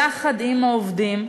יחד עם העובדים.